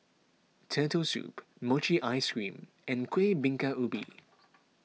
Turtle Soup Mochi Ice Cream and Kueh Bingka Ubi